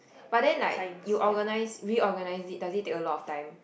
but then like you organise reorganise it does it take a lot of time